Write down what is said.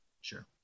Sure